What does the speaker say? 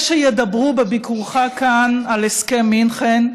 יש שידברו בביקורך כאן על הסכם מינכן,